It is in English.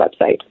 website